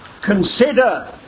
consider